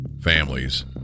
families